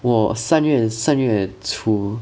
我三月三月初